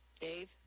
Dave